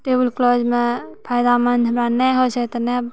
table क्लाथमे फायदामन्द हमरा नहि होइ छै तऽ नै